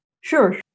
Sure